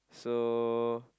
so